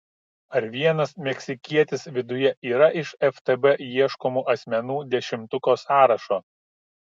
ar vienas meksikietis viduje yra iš ftb ieškomų asmenų dešimtuko sąrašo